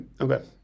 okay